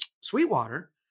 Sweetwater